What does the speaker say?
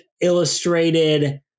illustrated